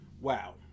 Wow